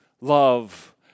love